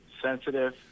sensitive